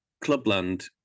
Clubland